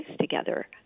together